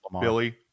Billy